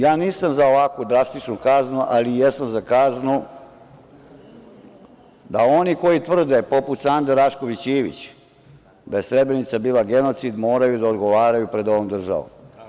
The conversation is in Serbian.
Ja nisam za ovako drastičnu kaznu, ali jesam za kaznu da oni koji tvrde, poput Sande Rašković Ivić, da je Srebrenica bila genocid, moraju da odgovaraju pred ovom državom.